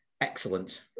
excellent